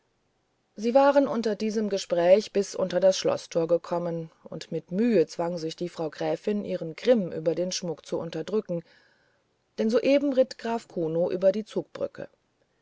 sie waren unter diesem gespräch bis unter das schloßtor gekommen und mit mühe zwang sich die frau gräfin ihren grimm über den schmuck zu unterdrücken denn soeben ritt graf kuno über die zugbrücke